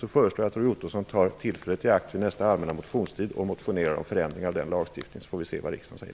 Jag föreslår att Roy Ottosson tar tillfället i akt vid nästa allmänna motionstid och motionerar om förändringar i den lagstiftningen. Sedan får vi se vad riksdagen säger.